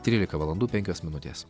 trylika valandų penkios minutės